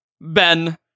Ben